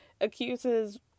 accuses